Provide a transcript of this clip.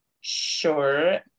sure